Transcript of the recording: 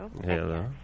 Hello